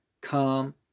Come